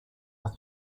are